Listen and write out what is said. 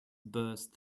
burst